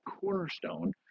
cornerstone